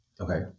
Okay